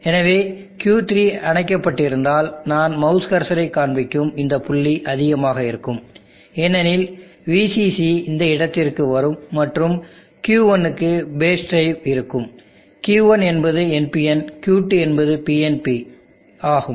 எனவே Q3 அணைக்கப்பட்டிருந்தால் நான் மவுஸ் கர்சரைக் காண்பிக்கும் இந்த புள்ளி அதிகமாக இருக்கும் ஏனெனில் VCC இந்த இடத்திற்கு வரும் மற்றும் Q1 க்கு பேஸ் டிரைவ் இருக்கும் Q1 என்பது NPN Q2 என்பது PNP ஆகும்